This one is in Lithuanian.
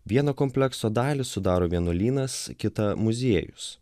vieną komplekso dalį sudaro vienuolynas kitą muziejus